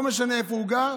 לא משנה איפה הוא גר,